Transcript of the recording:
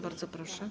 Bardzo proszę.